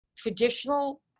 traditional